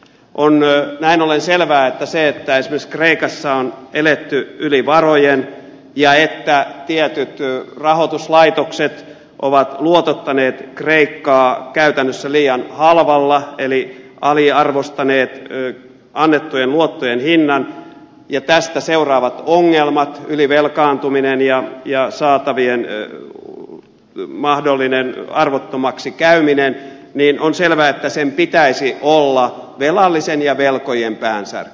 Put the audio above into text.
on näin ollen selvää että sen että esimerkiksi kreikassa on eletty yli varojen ja että tietyt rahoituslaitokset ovat luotottaneet kreikkaa käytännössä liian halvalla eli aliarvostaneet annettujen luottojen hinnan ja tästä seuraavien ongelmien ylivelkaantumisen ja saatavien mahdollisen arvottomaksi käyneiden niin on selvää että käymisen pitäisi olla velallisen ja velkojien päänsärky